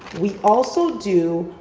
we also do,